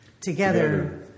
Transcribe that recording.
Together